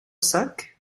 sac